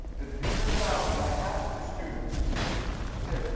it turns out when i ask the students, and um i said,